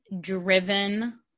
driven